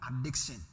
Addiction